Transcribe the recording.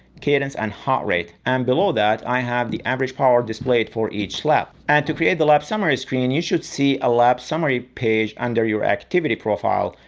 cadence, and heart rate. and below that i have the average power display for each lap. and to create the lap summary screen you should see a lap summary page under your activity profile.